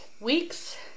weeks